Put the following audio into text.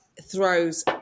throws